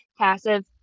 Passive